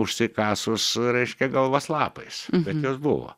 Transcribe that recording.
užsikasus reiškia galvas lapais bet jos buvo